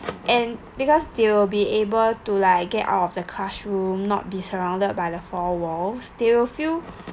and because they will be able to like get out of the classroom not be surrounded by the four walls they'll feel